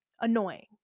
annoying